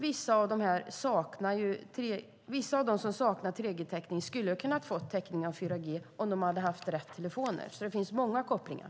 Vissa av dem som saknar 3G-täckning hade kunnat få täckning av 4G om de har haft rätt telefoner. Det finns många kopplingar.